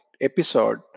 episode